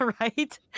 Right